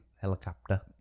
helicopter